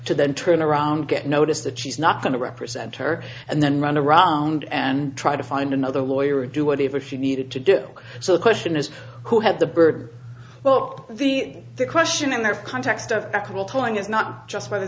to then turn around get notice that she's not going to represent her and then run around and try to find another lawyer or do whatever she needed to do so the question is who had the bird well the the question in the context of actual tolling is not just